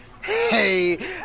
Hey